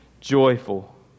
joyful